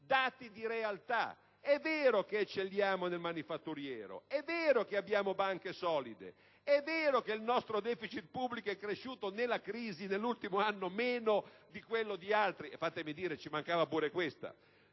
dati di realtà - è vero che eccelliamo nel manifatturiero; è vero che abbiamo banche solide; è vero che il nostro deficit pubblico è cresciuto nella crisi dell'ultimo anno meno di quello di altri (fatemi dire: ci mancava pure questa)